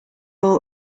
all